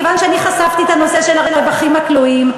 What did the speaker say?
כיוון שאני חשפתי את הנושא של הרווחים הכלואים,